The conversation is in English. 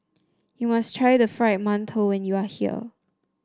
you must try the Fried Mantou when you are here